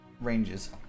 Ranges